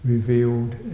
revealed